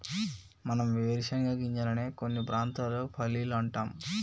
మనం వేరుశనగ గింజలనే కొన్ని ప్రాంతాల్లో పల్లీలు అంటాం